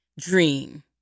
dream